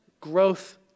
Growth